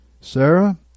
Sarah